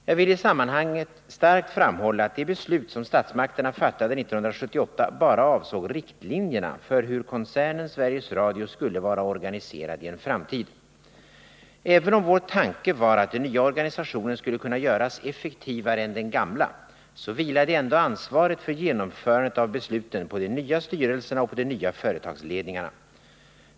Jag vill i sammanhanget starkt framhålla att de beslut som statsmakterna - fattade 1978 bara avsåg riktlinjerna för hur koncernen Sveriges Radio skulle vara organiserad i en framtid. Även om vår tanke var att den nya organisationen skulle kunna göras effektivare än den gamla, så vilade ändå ansvaret för genomförandet av besluten på de nya styrelserna och på de nya företagsledningarna.